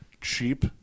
cheap